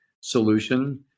solution